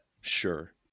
Sure